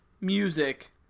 Music